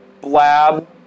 blab